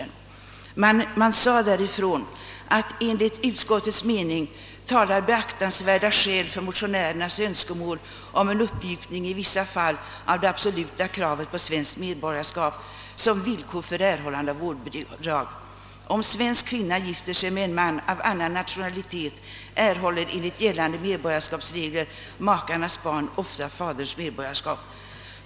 Andra lagutskottet uttalade år 1966 följande: »Enligt utskottets mening talar beaktansvärda skäl för motionärernas Önskemål om en uppmjukning i vissa fall av det absoluta kravet på svenskt medborgarskap som villkor för erhållande av vårdbidrag. Om svensk kvinna gifter sig med en man av annan nationalitet erhåller enligt gällande medborgarskapsregler makarnas barn ofta faderns medborgarskap.